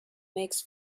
makes